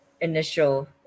initial